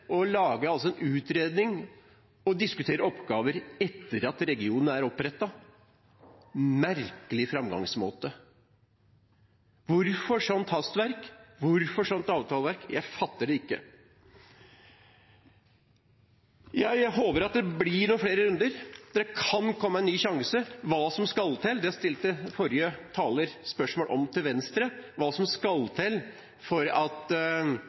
å lage en utredning og diskutere oppgaver etter at regionen er opprettet – en merkelig framgangsmåte. Hvorfor sånt hastverk, hvorfor sånt avtaleverk? Jeg fatter det ikke. Jeg håper at det blir noen flere runder, at det kan komme en ny sjanse. Hva som skal til, stilte forrige taler spørsmål om til Venstre – hva som skal til for at